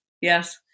Yes